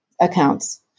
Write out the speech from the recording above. accounts